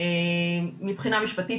מבחינה משפטית,